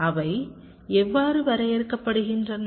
அவை எவ்வாறு வரையறுக்கப்படுகின்றன